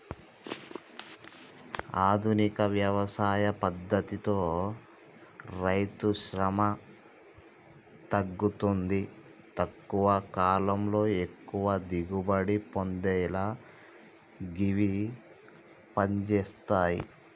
ఆధునిక వ్యవసాయ పద్దతితో రైతుశ్రమ తగ్గుతుంది తక్కువ కాలంలో ఎక్కువ దిగుబడి పొందేలా గివి పంజేత్తయ్